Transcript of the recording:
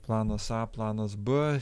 plano a planas b